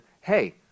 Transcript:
hey